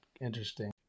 interesting